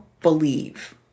believe